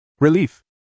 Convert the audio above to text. Relief